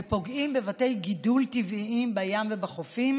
הפוגעים בבתי גידול טבעיים בים ובחופים.